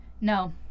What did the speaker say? No